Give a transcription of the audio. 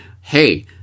hey